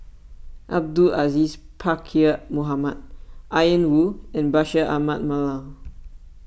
Abdul Aziz Pakkeer Mohamed Ian Woo and Bashir Ahmad Mallal